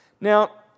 Now